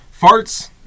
Farts